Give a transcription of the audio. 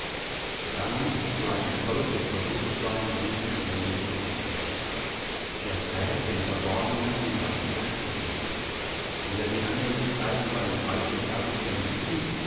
dann ist sein stolzes bewußtsein lebenslänglich geknickt er trägt im verborgenen die last der schande will er die annehmlichkeiten seines reichen erbes genießen